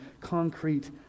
concrete